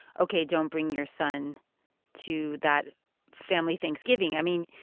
ok, don't bring your son to that family thanksgiving. i mean,